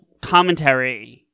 commentary